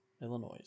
Illinois